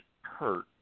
hurt